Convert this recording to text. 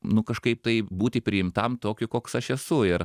nu kažkaip tai būti priimtam tokiu koks aš esu ir